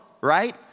right